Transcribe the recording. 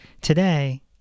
Today